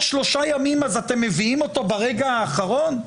שלושה ימים אז אתם מביאים אותו ברגע האחרון?